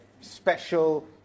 special